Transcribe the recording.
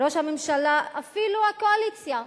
ראש הממשלה, אפילו הקואליציה.